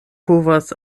povas